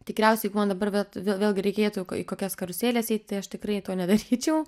tikriausiai jeigu man dabar vat vėlgi reikėtų į kokias karuseles eit tai aš tikrai to nedaryčiau